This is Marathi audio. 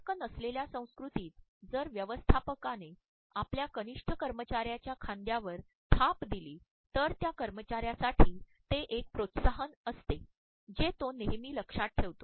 संपर्क नसलेल्या संस्कृतीत जर व्यवस्थापकाने आपल्या कनिष्ठ कर्मचार्याच्या खांद्यावर थाप दिली तर त्या कर्मचार्यासाठी ते एक प्रोत्साहन असते जे तो नेहमी लक्षात ठेवतो